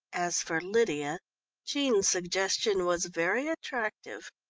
as for lydia jean's suggestion was very attractive.